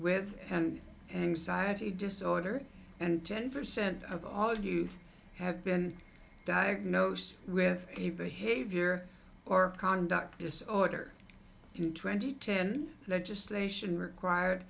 with an anxiety disorder and ten percent of all youth have been diagnosed with a behavior or conduct disorder in twenty ten legislation required